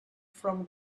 from